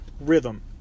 rhythm